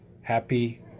Happy